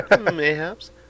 Mayhaps